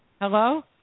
hello